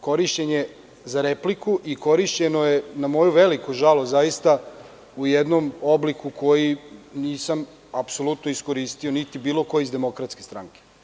Korišćenje za repliku i korišćeno je, na moju veliku žalost zaista, u jednom obliku koji nisam apsolutno iskoristio, niti bilo ko iz Demokratske stranke.